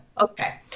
Okay